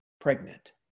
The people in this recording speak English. pregnant